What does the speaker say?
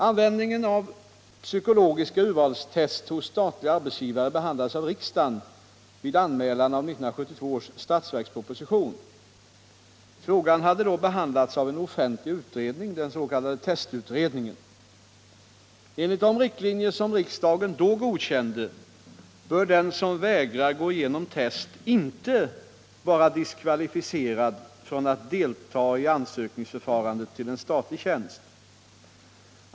Användningen av psykologiska urvalstest hos statliga arbetsgivare behandlades av riksdagen vid anmälan av 1972 års statsverksproposition. Frågan hade då behandlats av en offentlig utredning, den s.k. testutredningen. Enligt de riktlinjer som riksdagen då godkände bör den som vägrar gå igenom test inte vara diskvalificerad från att delta i ansökningsförfarandet till en statlig tjänst.